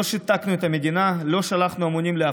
לא שיתקנו את המדינה,